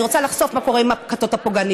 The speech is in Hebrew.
אני רוצה לחשוף מה קורה עם הכיתות הפוגעניות.